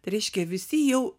tai reiškia visi jau